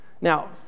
Now